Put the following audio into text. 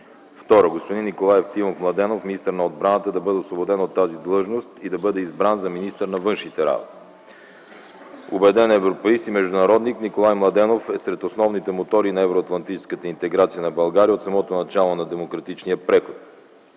2. Господин Николай Евтимов Младенов – министър на отбраната, да бъде освободен от тази длъжност и да бъде избран за министър на външните работи. Убеден европеист и международник, Николай Младенов е сред основните мотори на евроатлантическата интеграция на България от самото начало на демократичния преход.